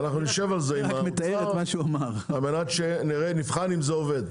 ואנחנו נשב על זה עם האוצר, ונבחן אם זה עובד.